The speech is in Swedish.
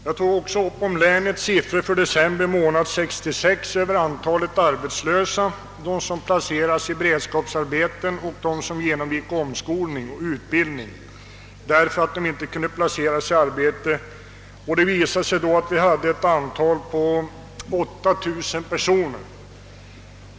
Jag tog också upp länets siffror för december månad 1966 över antalet arbetslösa, de som placerats i beredskapsarbeten eller genomgick omskolning och utbildning därför att de inte kunde erhålla arbete. Antalet uppgick till 8 000 personer.